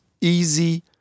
easy